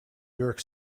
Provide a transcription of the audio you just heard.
york